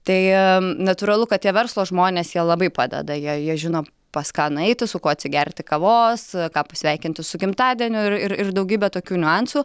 tai natūralu kad tie verslo žmonės jie labai padeda jie jie žino pas ką nueiti su kuo atsigerti kavos ką pasveikinti su gimtadieniu ir ir ir daugybę tokių niuansų